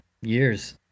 years